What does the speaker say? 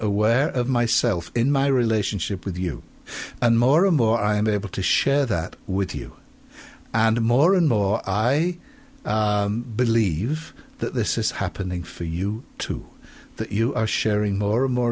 aware of myself in my relationship with you and more and more i am able to share that with you and the more and more i believe that this is happening for you too that you are sharing more and more